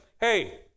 hey